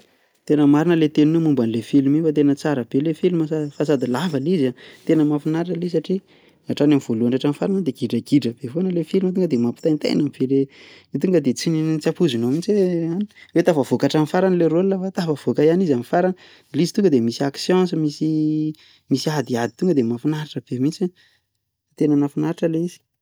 Tena marina ilay teninao momba ilay filma iny fa tena tsara be ilay filma fa sady lava ilay izy an, tena mahafinaritra le izy satria hatrany amin'ny voalohany ka hatrany amin'ny farany an dia gidragidra be foana ilay filma, tonga dia mampitaintaina be ilay tonga dia tsy ampoizinao mihintsy hoe an tafavoaka hatramin'ny farany ilay rôla fa tafavoaka ihany izy amin'ny farany, ilay izy tonga dia misy action sy misy misy adiady tonga dia mafinaritra be mihintsy, dia tena nahafinaritra ilay izy.